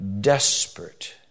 desperate